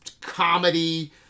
comedy